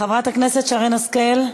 חברת הכנסת שרן השכל,